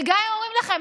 וגם אם אומרים לכם,